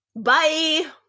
Bye